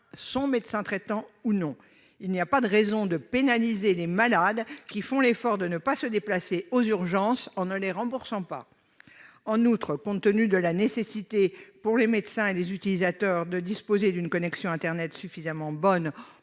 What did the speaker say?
leur médecin traitant ou non. Il n'y a pas de raison de pénaliser les malades qui font l'effort de ne pas se déplacer aux urgences, en ne les remboursant pas ! En outre, compte tenu de la nécessité pour les médecins et les utilisateurs de disposer d'une connexion internet suffisamment bonne